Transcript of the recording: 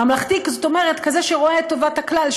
זאת אומרת כזה שרואה את טובת הכלל,